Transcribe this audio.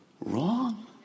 wrong